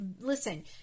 listen